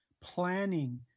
planning